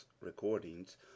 recordings